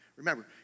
Remember